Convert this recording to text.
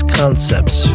concepts